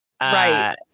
Right